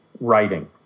writing